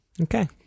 Okay